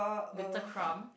Victor-Krum